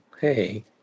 Hey